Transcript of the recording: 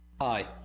Hi